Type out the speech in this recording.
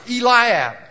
Eliab